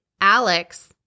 Alex